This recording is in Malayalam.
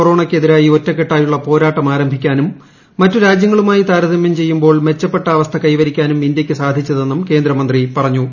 കൊറോണയ്ക്കെതിരായി ആരംഭിക്കാനും മറ്റ് രാജ്യങ്ങളുമായി താരതമ്യം ചെയ്യുമ്പോൾ മെച്ചപ്പെട്ട അവസ്ഥ കൈവരിക്കാനും ഇന്ത്യയ്ക്ക് സാധിച്ചതെന്നും കേന്ദ്ര മന്ത്രി പറഞ്ഞു